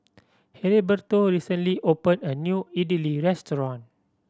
Heriberto recently opened a new Idili restaurant